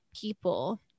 people